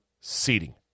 seating